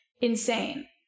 Insane